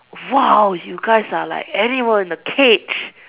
!wow! you guys are like animals in the cage